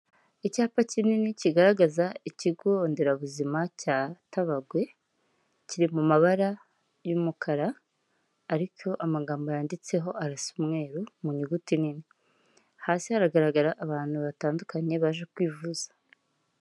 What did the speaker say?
Icyapa kinini kigaragaza ikigo nderabuzima cya Tabagwe, kiri mu mabara y'umukara ariko amagambo yanditseho arasa umweru mu nyuguti nini, hasi haragaragara abantu batandukanye baje kwivuza.